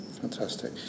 Fantastic